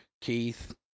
Keith